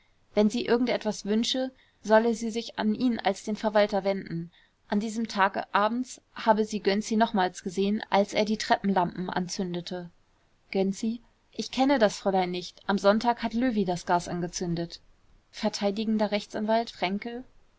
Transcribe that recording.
wenn sie irgend etwas wünsche solle sie sich an ihn als den verwalter wenden an diesem tage abends habe sie gönczi nochmals gesehen als er die treppenlampen anzündete gönczi ich kenne das fräulein nicht am sonntag hat löwy das gas angezündet vert r a fränkel